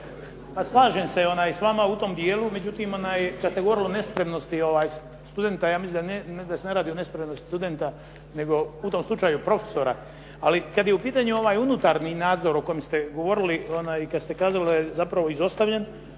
slažem se s vama u tom dijelu, međutim kad ste govorili o nespremnosti studenta ja mislim da se ne radi o nespremnosti studenta, nego u tom slučaju profesora. Ali kad je u pitanju ovaj unutarnji nadzor o kojem ste govorili i kad ste kazali da je zapravo izostavljen,